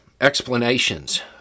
explanations